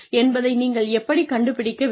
என்பதை நீங்கள் எப்படி கண்டுபிடிக்க வேண்டும்